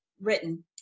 written